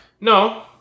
No